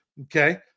Okay